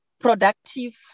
productive